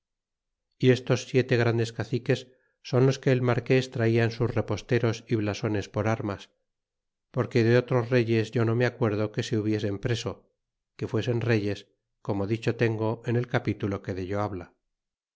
y estos siete grandes caciques son los que el marques trata en sus reposteros y blasones por armas porque de otros reyes yo no me acuerdo que se hubiesen preso que fuesen reyes como dicho tengti era el capítulo pie dello habla